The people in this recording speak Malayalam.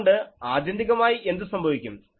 അതുകൊണ്ട് ആത്യന്തികമായി എന്തു സംഭവിക്കും